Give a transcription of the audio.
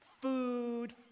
food